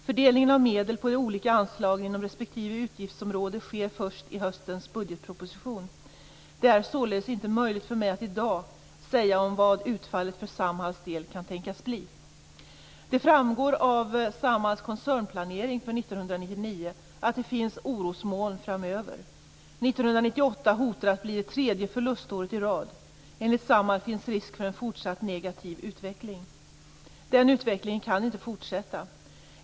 Fördelningen av medel på de olika anslagen inom respektive utgiftsområde sker först i höstens budgetproposition. Det är således inte möjligt för mig att i dag säga något om vad utfallet för Samhalls del kan tänkas bli. 1999 att det finns orosmoln framöver. 1998 hotar att bli det tredje förluståret i rad. Enligt Samhall finns risk för en fortsatt negativ utveckling. Den utvecklingen kan inte fortsätta.